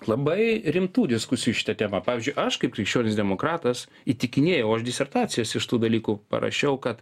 labai rimtų diskusijų šita tema pavyzdžiui aš kaip krikščionis demokratas įtikinėjau aš disertacijas iš tų dalykų parašiau kad